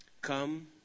Come